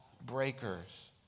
breakers